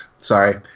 sorry